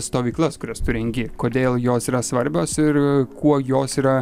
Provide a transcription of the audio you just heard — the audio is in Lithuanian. stovyklas kurias tu rengi kodėl jos yra svarbios ir kuo jos yra